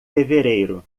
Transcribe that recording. fevereiro